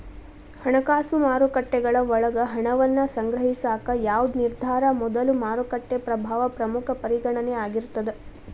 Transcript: ಹಣಕಾಸು ಮಾರುಕಟ್ಟೆಗಳ ಒಳಗ ಹಣವನ್ನ ಸಂಗ್ರಹಿಸಾಕ ಯಾವ್ದ್ ನಿರ್ಧಾರದ ಮೊದಲು ಮಾರುಕಟ್ಟೆ ಪ್ರಭಾವ ಪ್ರಮುಖ ಪರಿಗಣನೆ ಆಗಿರ್ತದ